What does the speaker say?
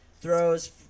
Throws